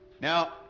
Now